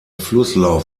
flusslauf